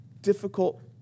difficult